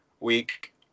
week